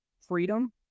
freedom